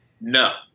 No